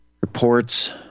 reports